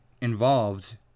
involved